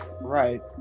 right